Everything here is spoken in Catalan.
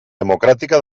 democràtica